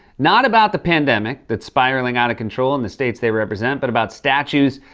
not about the pandemic that's spiraling out of control in the states they represent, but about statues,